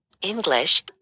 English